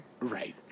Right